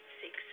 six